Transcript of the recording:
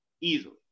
easily